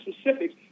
specifics